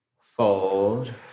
Fold